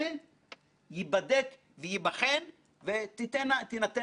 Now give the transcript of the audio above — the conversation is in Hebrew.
אתם עשיתם יופי של עבודה וזה ראוי להערכה לגמרי.